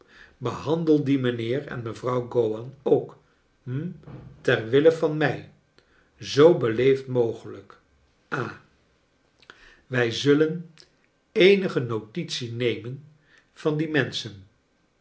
behandel die mijnheer en mevrouw gowan ook hm tcr wille van mij zoo belecfd mogelijk ha wij zullen kleine dobkit eenige notitie nemen van die menschen